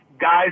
guys